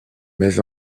mais